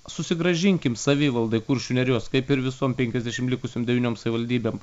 susigrąžinkim savivaldai kuršių nerijos kaip ir visom penkiasdešimt likusiom devyniom savivaldybėm